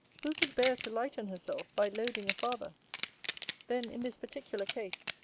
who could bear to lighten herself, by loading a father then, in this particular case,